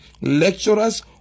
lecturers